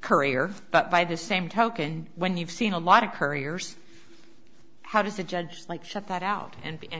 courier but by the same token when you've seen a lot of couriers how does a judge just like shut that out and